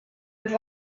have